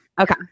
Okay